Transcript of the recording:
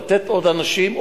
לתת עוד אנשים,